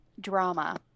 Drama